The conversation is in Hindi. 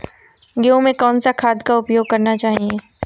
गेहूँ में कौन सा खाद का उपयोग करना चाहिए?